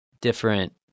different